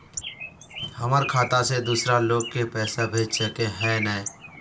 हमर खाता से दूसरा लोग के पैसा भेज सके है ने?